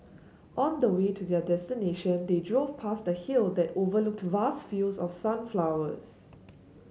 on the way to their destination they drove past a hill that overlooked vast fields of sunflowers